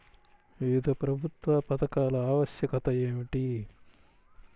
వివిధ ప్రభుత్వా పథకాల ఆవశ్యకత ఏమిటి?